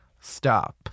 stop